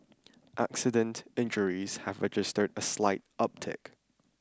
accident injuries have registered a slight uptick